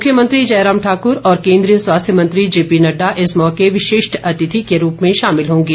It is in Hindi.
मुख्यमंत्री जयराम ठाक्र और केन्द्रीय स्वास्थ्य मंत्री जेपीनड़डा इस मौके विशिष्ट अतिथि के रूप में शामिल होंगे